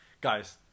guys